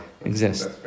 exist